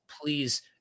please